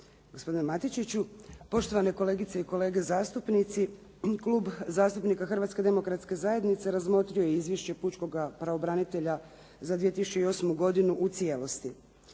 gospodine Matičiću, poštovane kolegice i kolege zastupnici. Klub zastupnika Hrvatske demokratske zajednice razmotrio je Izvješće pučkoga pravobranitelja za 2008. godinu u cijelosti.